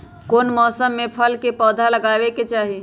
कौन मौसम में फल के पौधा लगाबे के चाहि?